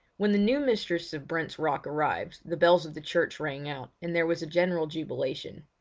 when the new mistress of brent's rock arrived the bells of the church rang out, and there was a general jubilation.